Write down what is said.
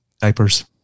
diapers